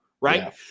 right